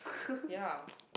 ya